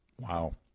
Wow